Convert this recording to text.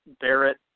Barrett